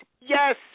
Yes